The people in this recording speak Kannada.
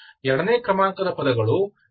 ಎರಡನೇ ಕ್ರಮಾಂಕದ ಪದಗಳು ತರಂಗ ಸಮೀಕರಣದಂತೆ ಕಾಣುತ್ತವೆ